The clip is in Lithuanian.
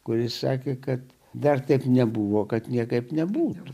kuri sakė kad dar taip nebuvo kad niekaip nebūtų